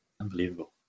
Unbelievable